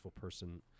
person